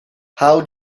how